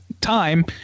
time